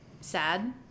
sad